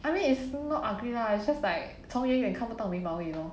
I mean it's not ugly lah it's just like 从远远看不到眉毛而已 lor